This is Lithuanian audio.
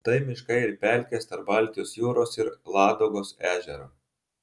tai miškai ir pelkės tarp baltijos jūros ir ladogos ežero